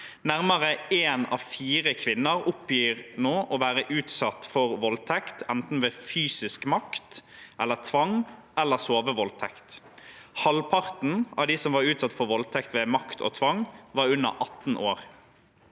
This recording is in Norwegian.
Nærmere én av fire kvinner oppgir nå å være utsatt for voldtekt, enten ved fysisk makt eller tvang eller sovevoldtekt. Halvparten av de som var utsatt for voldtekt ved makt og tvang, var under 18 år.